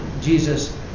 Jesus